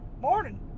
Morning